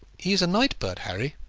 he is a night bird, harry,